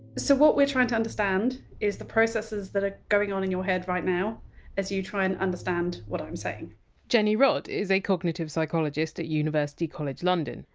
so what we're trying to understand is the processes that are going on in your head right now as you try and understand what i'm saying jenni rodd is a cognitive psychologist at university college london,